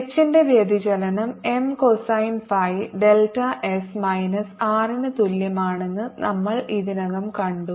H ന്റെ വ്യതിചലനം M cosine phi delta S minus R ന് തുല്യമാണെന്ന് നമ്മൾ ഇതിനകം കണ്ടു